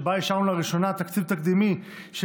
שבה אישרנו לראשונה תקציב תקדימי של